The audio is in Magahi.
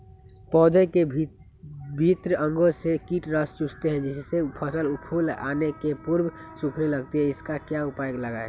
पौधे के विभिन्न अंगों से कीट रस चूसते हैं जिससे फसल फूल आने के पूर्व सूखने लगती है इसका क्या उपाय लगाएं?